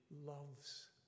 Loves